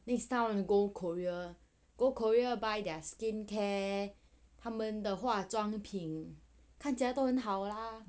next time I want to go korea go korea buy their skincare 他们的化妆品看起来都很好啦